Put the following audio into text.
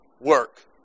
work